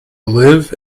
live